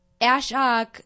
Ashok